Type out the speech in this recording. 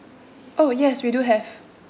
oh yes we do have